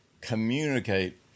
communicate